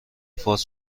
فارس